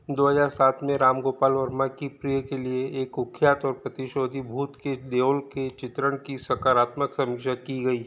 दो हज़ार सात में राम गोपाल वर्मा की प्रिय के लिए एक कुख्यात और प्रतिशोधी भूत के देओल के चित्रण की सकारात्मक समीक्षा की गई